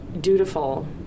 dutiful